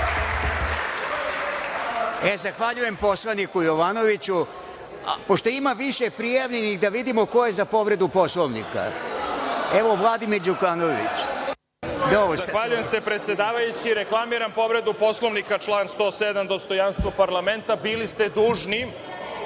Zahvaljujem poslaniku Jovanoviću. Pošto ima više prijavljenih, da vidimo ko je za povredu Poslovnika. Reč ima Vladimir Đukanović. **Vladimir Đukanović** Zahvaljujem se, predsedavajući. Reklamiram povredu Poslovnika, član 107, dostojanstvo parlamenta. Bili ste dužni,